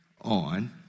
on